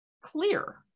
clear